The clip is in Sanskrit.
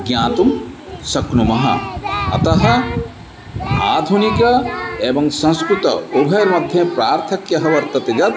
ज्ञातुं शक्नुमः अतः आधुनिकम् एवं संस्कृतम् उभयोर्मध्ये पार्थक्यं वर्तते यत्